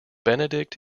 benedict